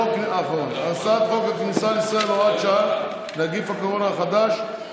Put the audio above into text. מיוחדות להתמודדות עם נגיף הקורונה החדש (הוראת שעה)